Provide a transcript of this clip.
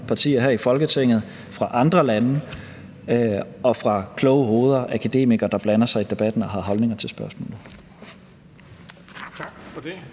partier her i Folketinget, fra andre lande og fra kloge hoveder, akademikere, der blander sig i debatten og har holdninger til spørgsmålet.